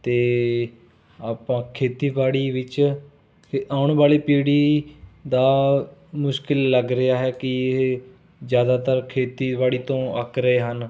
ਅਤੇ ਆਪਾਂ ਖੇਤੀਬਾੜੀ ਵਿੱਚ ਆਉਣ ਵਾਲੀ ਪੀੜ੍ਹੀ ਦਾ ਮੁਸ਼ਕਲ ਲੱਗ ਰਿਹਾ ਹੈ ਕਿ ਇਹ ਜ਼ਿਆਦਾਤਰ ਖੇਤੀਬਾੜੀ ਤੋਂ ਅੱਕ ਰਹੇ ਹਨ